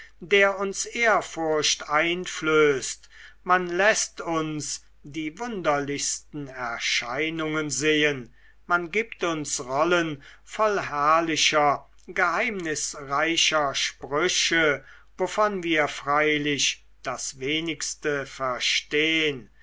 der uns ehrfurcht einflößt man läßt uns die wunderlichsten erscheinungen sehen man gibt uns rollen voll herrlicher geheimnisreicher sprüche davon wir freilich das wenigste verstehn